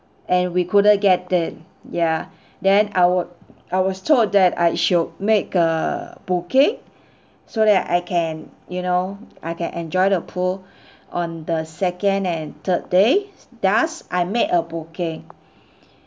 and we couldn't get in ya then I wa~ I was told that I should make a booking so that I can you know I can enjoy the pool on the second and third day thus I made a booking